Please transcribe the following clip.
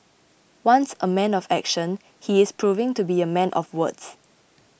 once a man of action he is proving to be a man of words